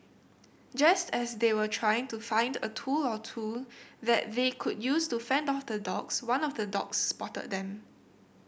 just as they were trying to find a tool or two that they could use to fend off the dogs one of the dogs spotted them